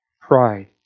pride